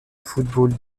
football